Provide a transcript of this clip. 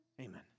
Amen